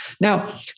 Now